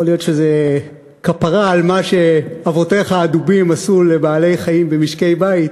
יכול להיות שזה כפרה על מה שאבותיך הדובים עשו לבעלי-חיים במשקי-בית.